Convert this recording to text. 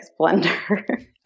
blender